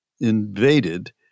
invaded